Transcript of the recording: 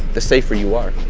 the safer you are.